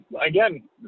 again